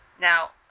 Now